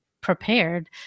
prepared